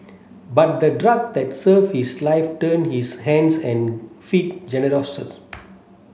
but the drug that saved his life turned his hands and feet